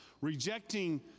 Rejecting